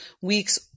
weeks